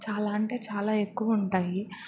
చాలా అంటే చాలా ఎక్కువ ఉంటాయి